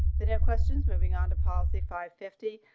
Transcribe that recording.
the questions moving on to policy five fifty.